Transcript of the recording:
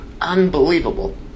unbelievable